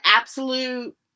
absolute